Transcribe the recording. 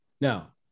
Now